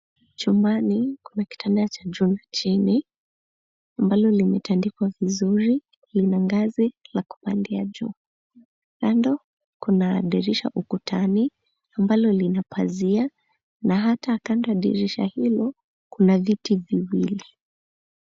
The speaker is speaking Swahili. Chumbani kuna kitanda cha juu na chini ambalo limetandikwa vizuri lina ngazi la kupandia juu. Kando kuna dirisha ukutani ambalo lina pazia na hata kando ya dirisha hilo kuna viti viwili.